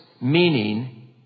meaning